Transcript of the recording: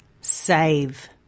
save